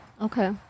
Okay